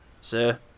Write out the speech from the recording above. Sir